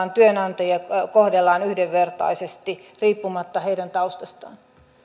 työnantajia kohdellaan yhdenvertaisesti riippumatta heidän taustastaan